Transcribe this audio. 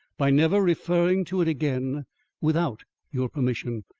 by never referring to it again without your permission.